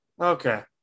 Okay